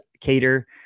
Cater